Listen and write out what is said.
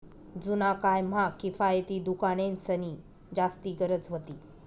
जुना काय म्हा किफायती दुकानेंसनी जास्ती गरज व्हती